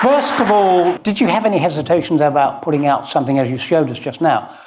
first of all, did you have any hesitations about putting out something, as you showed us just now,